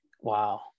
Wow